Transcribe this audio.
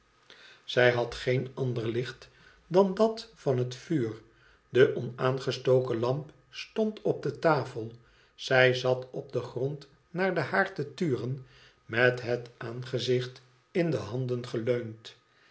zij had geen ander licht dan dat van het vuur de onaangestoken lamp stond op de tafel zij zat op den grond naar den haard te turen met het aangezicht in de handen geleund